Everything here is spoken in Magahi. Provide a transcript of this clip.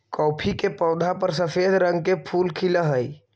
कॉफी के पौधा पर सफेद रंग के फूल खिलऽ हई